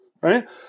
Right